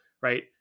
right